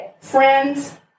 Friends